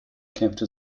kämpfte